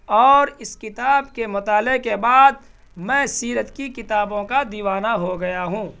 اور اس کتاب کے مطالعے کے بعد میں سیرت کی کتابوں کا دیوانہ ہو گیا ہوں